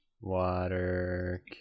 Water